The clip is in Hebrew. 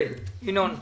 ינון,